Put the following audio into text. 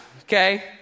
Okay